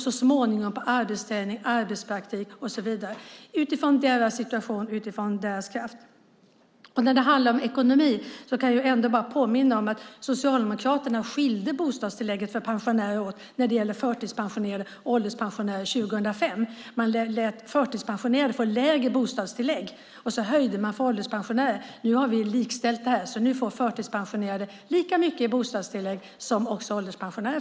Så småningom handlar det om arbetsträning, arbetspraktik och så vidare utifrån deras situation och deras kraft. När det gäller ekonomi kan jag påminna om att Socialdemokraterna 2005 skilde bostadstillägget för pensionärer åt för förtidspensionerade och ålderspensionärer. Man lät förtidspensionerade få lägre bostadstillägg och höjde för ålderspensionärer. Vi har likställt detta, så förtidspensionerade lika mycket i bostadstillägg som ålderspensionärer.